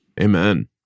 Amen